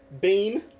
Beam